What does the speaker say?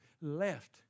Left